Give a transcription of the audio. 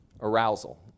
Arousal